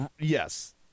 Yes